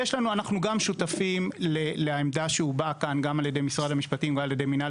גם אנחנו שותפים לעמדה שהובעה כאן על ידי משרד המשפטים ומינהל